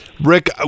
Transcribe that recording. Rick